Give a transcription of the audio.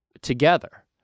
together